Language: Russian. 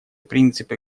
принципы